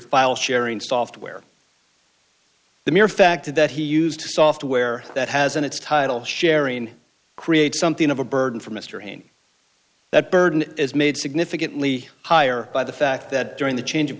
file sharing software the mere fact that he used the software that has in its title sharing creates something of a burden for mr hand that burden is made significantly higher by the fact that during the change of